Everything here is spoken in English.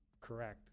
correct